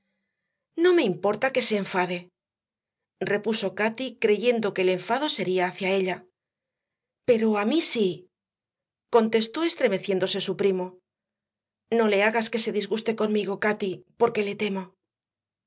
no me importa que se enfade repuso cati creyendo que el enfado sería hada ella pero a mí sí contestó estremeciéndose su primo no le hagas que se disguste conmigo cati porque le temo